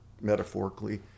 metaphorically